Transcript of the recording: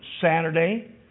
Saturday